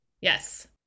Yes